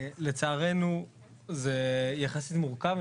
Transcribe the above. לצערנו זה יחסית מורכב.